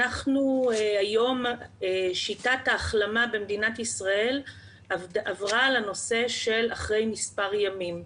היום שיטת ההחלמה במדינת ישראל עברה לנושא של אחרי מספר ימים,